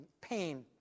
pain